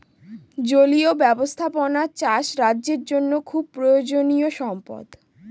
জলীয় ব্যাবস্থাপনা চাষ রাজ্যের জন্য খুব প্রয়োজনীয়ো সম্পদ